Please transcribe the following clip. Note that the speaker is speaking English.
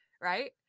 Right